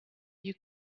you